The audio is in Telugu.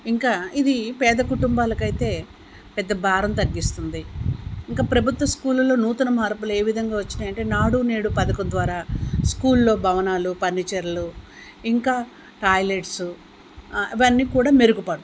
ఇంకా ఇది పేద కుటుంబాలకు అయితేపెద్ద భారం తగ్గిస్తుంది ఇంకా ప్రభుత్వ స్కూళ్ళలో నూతన మార్పులు ఏ విధంగా వచ్చినాయి అంటే నాడు నేడు పథకం ద్వారా స్కూల్లో భవనాలు ఫర్నిచర్లు ఇంకా టాయిలెట్స్ ఇవన్నీ కూడా మెరుగుపడటం